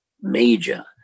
major